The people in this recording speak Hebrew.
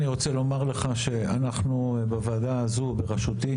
אני רוצה לומר לך שאנחנו בוועדה הזו בראשותי